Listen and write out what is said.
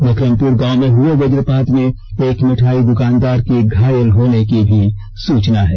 मकरमपुर गांव में हए वजपात में एक मिठाई दुकानदार के घायल होने की सूचना है